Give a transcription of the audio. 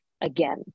again